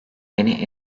beni